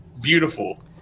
beautiful